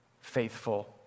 faithful